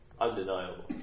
undeniable